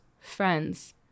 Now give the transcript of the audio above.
friends